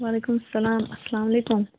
وعلیکُم اسلام اسلام علیکُم